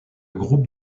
groupe